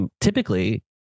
typically